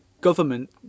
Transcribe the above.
government